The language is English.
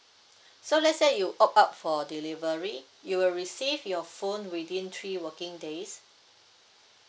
so let's say you opt out for delivery you will receive your phone within three working days